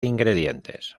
ingredientes